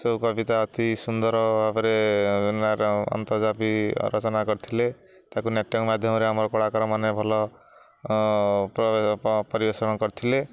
ସେହି କବିତା ଅତି ସୁନ୍ଦର ଭାବରେ ରଚନା କରିଥିଲେ ତାକୁ ନାଟକ ମାଧ୍ୟମରେ ଆମର କଳାକାର ମାନେ ଭଲ ପରିବେଷଣ କରିଥିଲେ